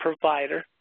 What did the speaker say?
provider